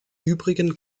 übrigen